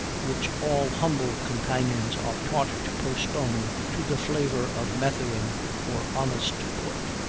which all humble companions are taught to postpone to the flavor of methuen, or honest port.